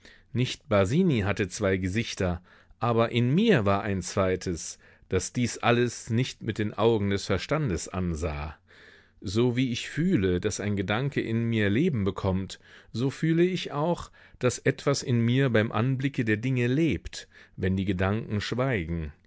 nicht basini hatte zwei gesichter aber in mir war ein zweites das dies alles nicht mit den augen des verstandes ansah so wie ich fühle daß ein gedanke in mir leben bekommt so fühle ich auch daß etwas in mir beim anblicke der dinge lebt wenn die gedanken schweigen